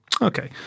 Okay